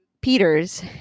Peters